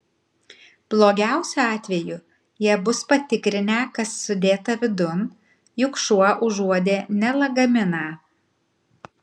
blogiausiu atveju jie bus patikrinę kas sudėta vidun juk šuo užuodė ne lagaminą